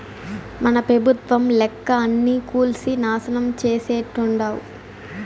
మన పెబుత్వం లెక్క అన్నీ కూల్సి నాశనం చేసేట్టుండావ్